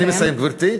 אני מסיים, גברתי.